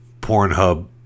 Pornhub